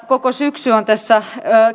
koko syksy tässä